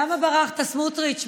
למה ברחת, סמוטריץ'?